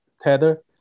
tether